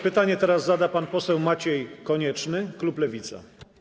Pytanie zada pan poseł Maciej Konieczny, klub Lewica.